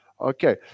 Okay